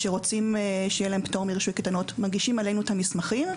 שרוצים שיהיה להם פטור מרישוי קייטנות מגישים אלינו את המסמכים.